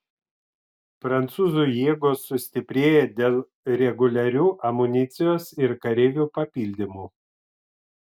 prancūzų jėgos sustiprėja dėl reguliarių amunicijos ir kareivių papildymų